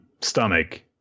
stomach